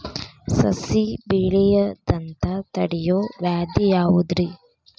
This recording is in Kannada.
ಸಸಿ ಬೆಳೆಯದಂತ ತಡಿಯೋ ವ್ಯಾಧಿ ಯಾವುದು ರಿ?